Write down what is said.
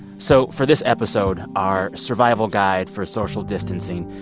so for this episode, our survival guide for social distancing,